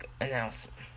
announcement